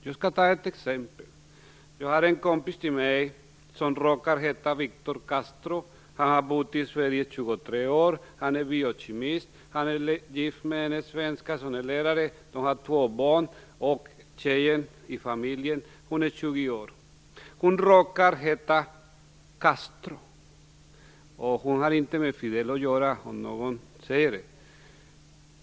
Jag skall ta ett exempel: Jag har en kompis som råkar heta Victor Castro. Han har bott i Sverige i 23 år, han är biokemist, han är gift med en svenska som är lärare och de har två barn. Dottern i familjen är 20 år. Hon råkar heta Castro. Hon har ingenting med Fidel att göra, om nu någon skulle tro det.